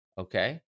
okay